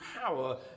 power